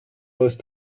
most